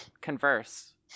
converse